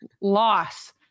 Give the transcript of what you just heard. loss